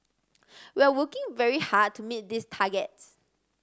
we are working very hard to meet these targets